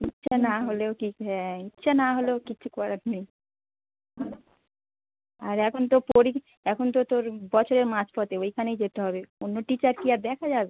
ইচ্ছা না হলেও কি হ্যাঁ ইচ্ছা না হলেও কিচ্ছু করার নেই আর এখন তো পড়ি এখন তো তোর বছরের মাঝ পতে ওইখানেই যেতে হবে অন্য টিচার কি আর দেখা যাবে